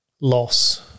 loss